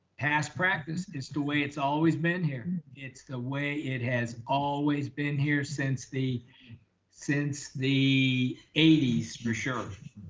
past practice is the way it's always been here. it's the way it has always been here since the since the eighties for sure,